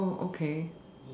okay